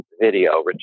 video